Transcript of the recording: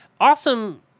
awesome